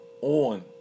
on